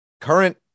current